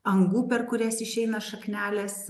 angų per kurias išeina šaknelės